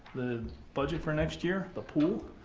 the budget for next year, the pool,